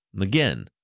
Again